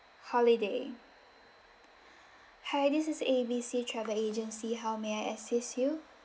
holiday hi this is A B C travel agency how may I assist you